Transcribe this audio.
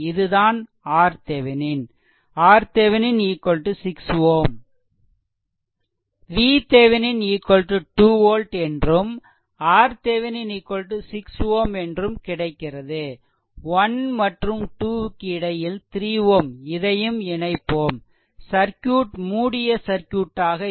VThevenin 2 volt என்றும் RThevenin 6 Ω என்றும் கிடைக்கிறது 1 மற்றும் 2 க்கு இடையில் 3 Ω இதையும் இணைப்போம் சர்க்யூட் மூடிய சர்க்யூட்டாக இருக்கும்